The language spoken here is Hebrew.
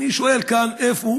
אני שואל כאן: איפה